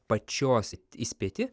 pačios įspėti